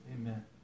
Amen